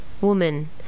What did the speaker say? Woman